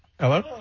hello